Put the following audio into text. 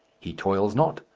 he toils not,